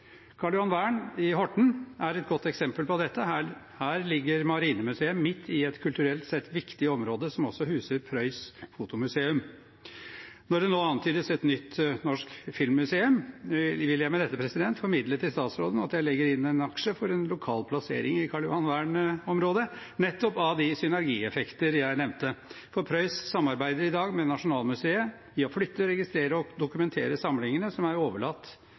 i Horten er et godt eksempel på dette. Her ligger Marinemuseet midt i et kulturelt sett viktig område, som også huser Preus fotomuseum. Når det nå antydes et nytt norsk filmmuseum, vil jeg med dette formidle til statsråden at jeg legger inn en aksje for en lokal plassering i Karljohansvern-området, nettopp på grunn av de synergieffekter jeg nevnte. Preus samarbeider i dag med Nasjonalmuseet om å flytte, registrere og dokumentere samlingene som er